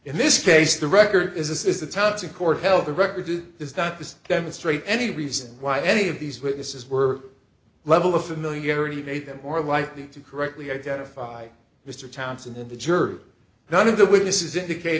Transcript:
in this case the record is this is the types of court held the record is not just demonstrate any reason why any of these witnesses were level of familiarity made them more likely to correctly identify mr townson and the jerk none of the witnesses indicate